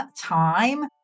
time